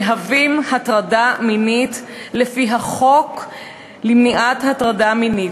מהווים הטרדה מינית לפי החוק למניעת הטרדה מינית.